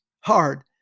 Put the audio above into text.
hard